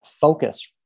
focus